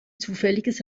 zufälliges